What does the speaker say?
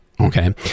Okay